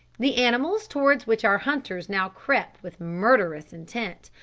the animals, towards which our hunters now crept with murderous intent,